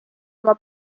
oma